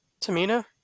Tamina